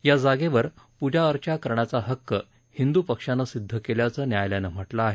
या जागेवर पूजा अर्चा करण्याचा हक्क हिंदू पक्षानं सिद्ध केल्याचं न्यायालयानं म्हटलं आहे